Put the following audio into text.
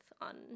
on